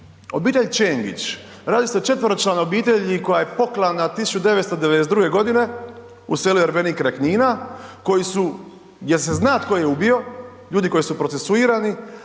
Obitelj Čengić, radi se o četveročlanoj obitelji koja je poklana 1992. g. u selu Ervenik kraj Knina koji su, je li se zna tko ih je ubio, ljudi koji su procesuirani,